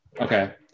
Okay